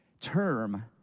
term